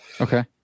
Okay